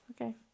Okay